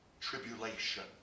tribulation